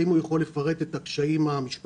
אם הוא יכול לפרט את הקיים המשפטיים,